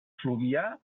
fluvià